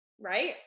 right